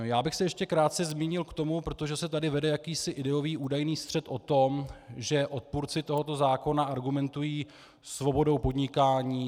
Já bych se ještě krátce zmínil k tomu, protože se tady vede jakýsi ideový údajný střet o tom, že odpůrci tohoto zákona argumentují svobodou podnikání.